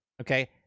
Okay